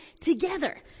together